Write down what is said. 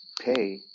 pay –